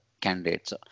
candidates